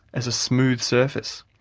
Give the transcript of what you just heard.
as a smooth surface,